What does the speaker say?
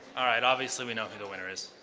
all right. obviously, we know who the winner is.